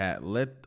let